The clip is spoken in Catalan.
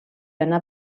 anà